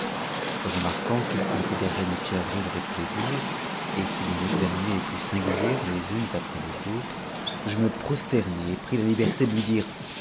remarquant qu'il considérait mes pierreries avec plaisir et m'ij i examinait les plus singulières les unes après les autres je me prostprn pris la liberté de lui dire